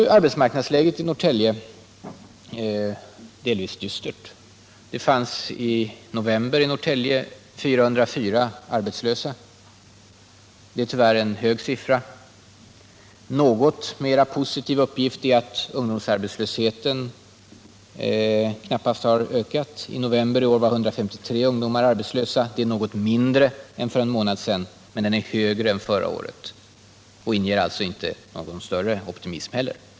Arbetsmarknadsläget i Norrtälje är delvis dystert. Det fanns i november i Norrtälje 404 arbetslösa. Det är en hög siffra. En något mera positiv uppgift är att ungdomsarbetslösheten inte har ökat på samma sätt. I november i år var 153 ungdomar arbetslösa. Det är något mindre än för en månad sedan men dock högre än förra året, och det inger alltså inte heller någon större optimism.